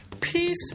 peace